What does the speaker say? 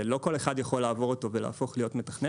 לא כל אחד יכול לעבור אותו ולהפוך להיות מתכנת,